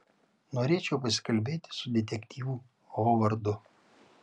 norėčiau pasikalbėti su detektyvu hovardu